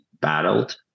battled